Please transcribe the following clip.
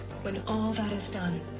when all that is done.